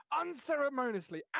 unceremoniously